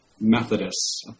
Methodists